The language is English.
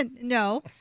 No